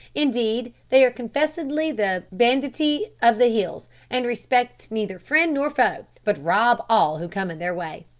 indeed, they are confessedly the banditti of the hills, and respect neither friend nor foe, but rob all who come in their way.